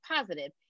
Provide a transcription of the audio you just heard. positive